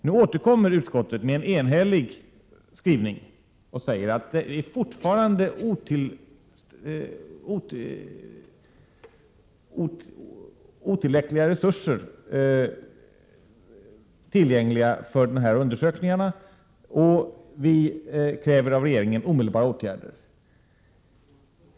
Nu återkommer utskottet med en enhällig skrivning och säger att de resurser som finns tillgängliga för dessa undersökningar fortfarande är otillräckliga, och vi kräver av regeringen omedelbara åtgärder.